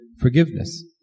forgiveness